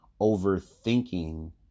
overthinking